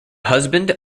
husband